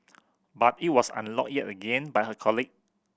but it was unlocked yet again by her colleague